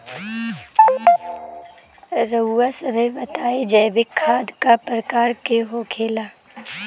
रउआ सभे बताई जैविक खाद क प्रकार के होखेला?